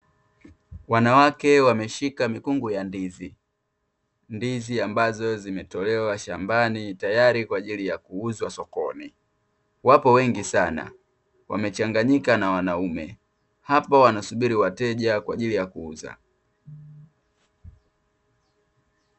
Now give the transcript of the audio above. Wanawake wameshika mikungu ya ndizi. Ndizi ambazo zimetolewa shambani tayari kwa ajili ya kuuzwa sokoni. Wapo wengi sana, wamechanganyika na wanaume. Hapo wanasubiri wateja kwa ajili ya kuuza.